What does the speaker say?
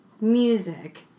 music